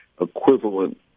equivalent